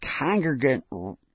congregant